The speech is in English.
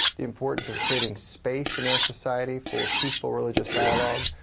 the importance of creating space in their society for peaceful religious dialogue.